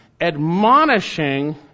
admonishing